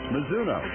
Mizuno